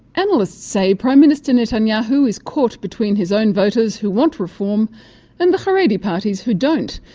analysts say prime minister netanyahu is caught between his own voters who want reform and the haredi parties who don't,